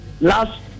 last